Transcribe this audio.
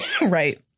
Right